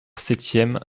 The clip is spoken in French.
septième